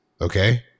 Okay